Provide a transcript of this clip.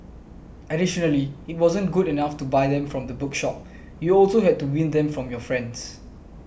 additionally it wasn't good enough to buy them from the bookshop you also had to win them from your friends